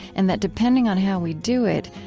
and that depending on how we do it,